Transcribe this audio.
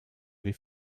wir